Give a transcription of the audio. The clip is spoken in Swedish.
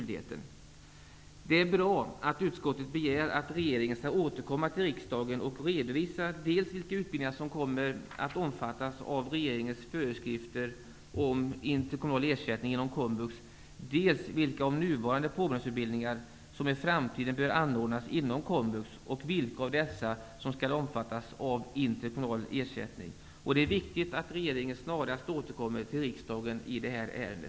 Det är bra att utskottet begär att regeringen skall återkomma till riksdagen med en redovisning dels av vilka utbildningar som kommer att omfattas av regeringens föreskrifter om interkommunal ersättning inom komvux, dels vilka av nuvarande påbyggnadsutbildningar som i framtiden bör anordnas inom komvux, och vilka av dessa som skall omfattas av interkommunal ersättning. Det är viktigt att regeringen snarast återkommer till riksdagen i detta ärende.